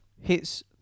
Hits